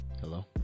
Hello